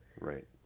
Right